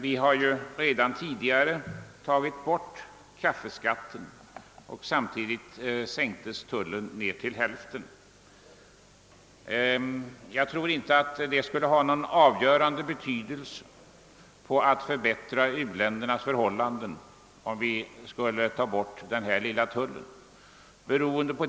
Vi har ju redan tidigare tagit bort kaffeskatten och samtidigt sänkt tullen med hälften. Jag tror inte att det skulle få någon avgörande betydelse när det gäller att förbättra u-ländernas förhållanden om vi tog bort den återstående lilla kaffetullen.